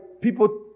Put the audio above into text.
people